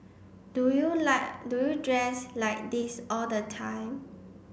do you like do you dress like this all the time